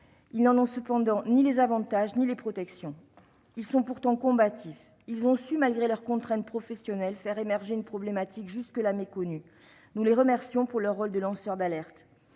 ils n'ont cependant ni les avantages ni la protection de l'indépendance. Ils sont pourtant combatifs ; ils ont su, malgré leurs contraintes professionnelles, faire émerger une problématique jusque-là méconnue. Nous les remercions pour leur rôle de lanceurs d'alerte